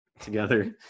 together